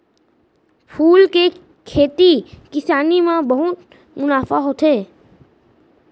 फूल के खेती किसानी म बहुत मुनाफा होथे